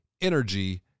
energy